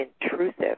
intrusive